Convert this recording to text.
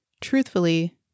truthfully